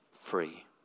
free